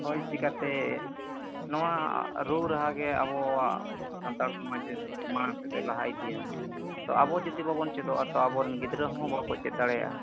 ᱦᱳᱭ ᱪᱤᱠᱟᱹᱛᱮ ᱱᱚᱣᱟ ᱨᱩ ᱨᱟᱦᱟ ᱜᱮ ᱟᱵᱚᱣᱟᱜ ᱥᱟᱱᱛᱟᱲ ᱥᱚᱢᱟᱡᱽ ᱨᱮ ᱢᱟᱲᱟᱝ ᱥᱮᱫ ᱮ ᱞᱟᱦᱟ ᱤᱫᱤᱭᱟ ᱛᱚ ᱟᱵᱚ ᱡᱩᱫᱤ ᱵᱟᱵᱚᱱ ᱪᱮᱫᱚᱜᱼᱟ ᱛᱚ ᱟᱵᱚᱨᱮᱱ ᱜᱤᱫᱽᱨᱟᱹ ᱦᱚᱸ ᱵᱟᱠᱚ ᱪᱮᱫ ᱫᱟᱲᱮᱭᱟᱜᱼᱟ